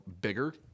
bigger